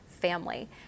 family